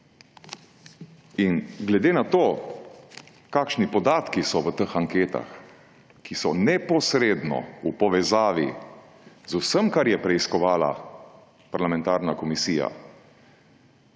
Glede na to, kakšni podatki so v teh anketah, ki so neposredno v povezavi z vsem, kar je preiskovala parlamentarna komisija,